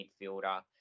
midfielder